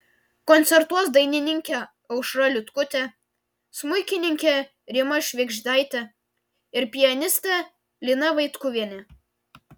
koncertuos dainininkė aušra liutkutė smuikininkė rima švėgždaitė ir pianistė lina vaitkuvienė